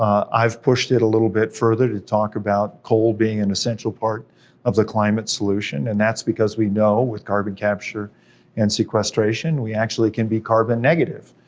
um i've pushed it a little bit further to talk about coal being an essential part of the climate solution, and that's because we know with carbon capture and sequestration, we actually can be carbon negative.